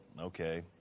okay